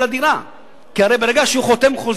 לדירה" כי הרי ברגע שהוא חותם על חוזה,